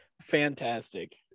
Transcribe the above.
Fantastic